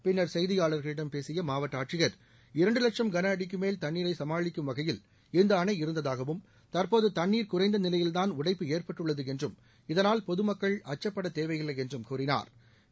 பின்னா் செய்தியாளா்களிடம் பேசிய மாவட்ட ஆட்சியா் இரண்டு லட்சம் கனஅடிக்கு மேல் தண்ணீரை சமாளிக்கும் வகையில் இந்த அணை இருந்ததாகவும் தற்போது தண்ணீர் குறைந்த நிலையில்தான் உடைப்பு ஏற்பட்டுள்ளது என்றும் இதனால் பொதுமக்கள் அச்சப்பட தேவையில்லை என்றும் கூறினாா்